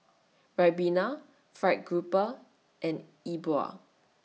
Ribena Fried Grouper and Yi Bua